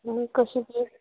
आनी कशी कील